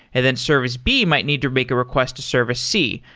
and then service b might need to make a request to service c.